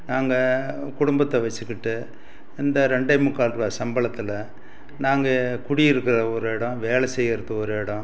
நாங்கள் குடும்பத்தை வச்சுக்கிட்டு இந்த ரெண்டே முக்கால் ரூபா சம்பளத்தில் நாங்கள் குடி இருக்கிறது ஒரு இடம் வேலை செய்வது ஒரு இடம்